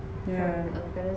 yeah